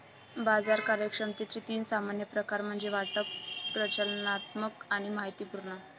बाजार कार्यक्षमतेचे तीन सामान्य प्रकार म्हणजे वाटप, प्रचालनात्मक आणि माहितीपूर्ण